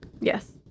Yes